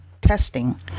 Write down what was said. testing